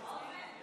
הצבענו.